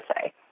say